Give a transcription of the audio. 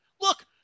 Look